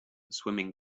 swimming